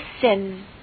sin